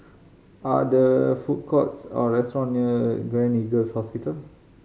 are there food courts or restaurant near Gleneagles Hospital